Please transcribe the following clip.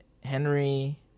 Henry